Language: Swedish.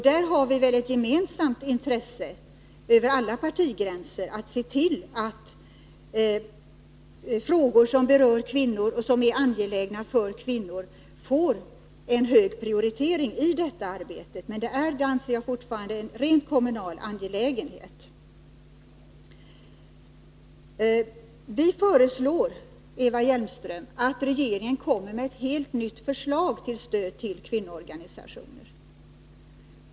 Där har vi ett gemensamt intresse över alla partigränser när det gäller att se till att frågor som berör kvinnor och är angelägna för kvinnor får en hög prioritering i detta arbete. Men det är — och det anser jag fortfarande — en rent kommunal angelägenhet. Vi föreslår, Eva Hjelmström, att regeringen kommer med ett helt nytt förslag om stöd till kvinnoorganisationerna.